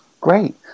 Great